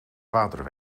vader